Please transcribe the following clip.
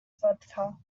vodka